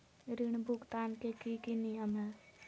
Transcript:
ऋण भुगतान के की की नियम है?